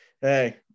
Hey